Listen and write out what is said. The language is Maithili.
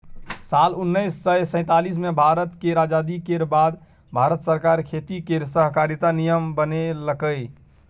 साल उन्नैस सय सैतालीस मे भारत केर आजादी केर बाद भारत सरकार खेती केर सहकारिता नियम बनेलकै